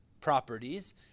properties